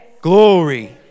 Glory